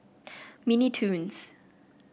Mini Toons